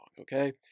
Okay